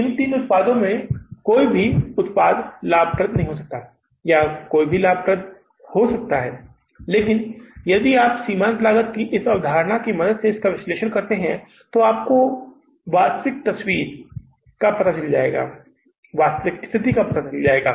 इन तीनों में से कोई भी उत्पाद लाभदायक नहीं हो सकता है या कोई भी लाभदायक हो सकता है लेकिन यदि आप सीमांत लागत की इस अवधारणा की मदद से विश्लेषण करते हैं तो आपको वास्तविक तस्वीर का पता चल जाएगा